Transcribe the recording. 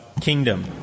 kingdom